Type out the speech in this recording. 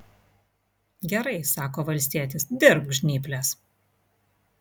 gerai sako valstietis dirbk žnyples